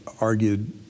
argued